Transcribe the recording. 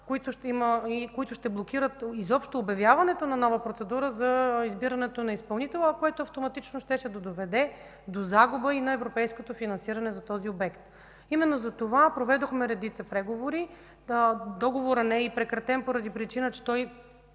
които ще блокират изобщо обявяването на нова процедура за избирането на изпълнител, което автоматично щеше да доведе до загуба и на европейското финансиране за този обект. Именно затова проведохме редица преговори. Договорът не е и прекратен поради причина, че още